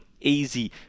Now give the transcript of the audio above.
easy